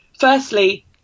firstly